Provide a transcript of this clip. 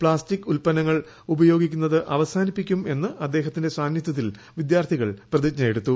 plastic ഉത്പന്നങ്ങൾ ഉപയോഗിക്കുന്നത് അവസാനിപ്പിക്കും എന്ന് അദ്ദേഹത്തിന്റെ സാന്നിദ്ധ്യത്തിൽ വിദ്യാർത്ഥികൾ പ്രതിജ്ഞ എടുത്തു